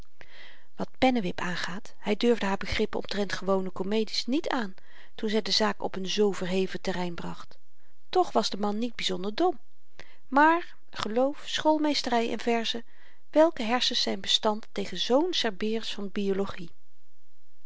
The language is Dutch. wat pennewip aangaat hy durfde haar begrippen omtrent gewone komedies niet aan toen zy de zaak op n zoo verheven terrein bracht toch was de man niet byzonder dom maar geloof schoolmeestery en verzen welke hersens zyn bestand tegen zoo'n cerberus van biologie